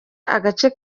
agace